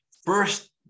First